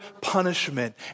punishment